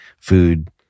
food